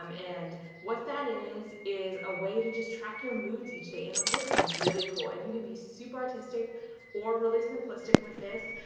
um and what that is is a way to just track your moods each day. and it looks really cool, and you can be super artistic or really simplistic with this.